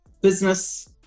business